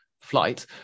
flight